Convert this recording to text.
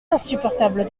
insupportable